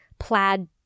plaid